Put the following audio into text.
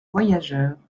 voyageurs